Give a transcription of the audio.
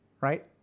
Right